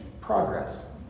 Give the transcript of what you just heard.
progress